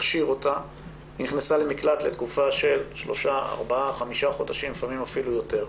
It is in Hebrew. הכשיר אותה והיא נכנסה למקלט לתקופה של 4,5 חודשים לפעמים אפילו יותר.